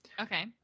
Okay